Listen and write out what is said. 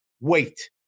wait